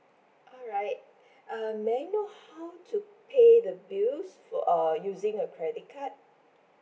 alright uh may I know how to pay the bills for uh using a credit card